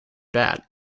bat